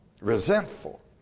resentful